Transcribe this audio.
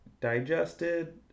digested